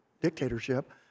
dictatorship